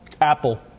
Apple